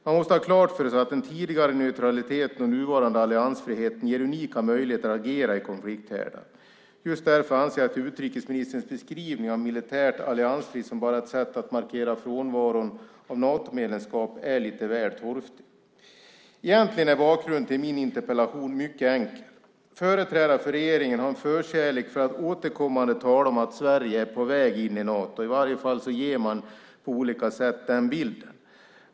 Man måste ha klart för sig att den tidigare neutraliteten och den nuvarande alliansfriheten ger unika möjligheter att agera i konflikthärdar. Just därför anser jag att utrikesministerns beskrivning av militär alliansfrihet som bara ett sätt att markera frånvaron av Natomedlemskap är lite väl torftig. Egentligen är bakgrunden till min interpellation mycket enkel. Företrädare för regeringen har en förkärlek för att återkommande tala om att Sverige är på väg in i Nato. I varje fall ger man på olika sätt den bilden.